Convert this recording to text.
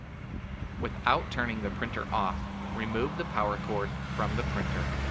without turning the printer off, remove the power cord from the printer.